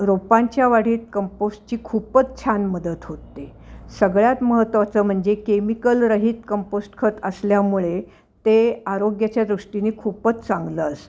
रोपांच्या वाढीत कंपोस्टची खूपच छान मदत होते सगळ्यात महत्त्वाचं म्हणजे केमिकलरहीत कंपोस्ट खत असल्यामुळे ते आरोग्याच्या दृष्टीने खूपच चांगलं असतो